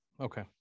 okay